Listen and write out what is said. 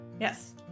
Yes